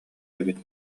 эбит